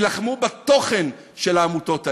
תילחמו בתוכן של העמותות האלה.